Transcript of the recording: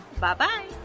Bye-bye